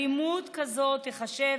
אלימות כזאת תיחשב